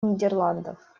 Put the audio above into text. нидерландов